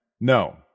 No